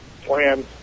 plan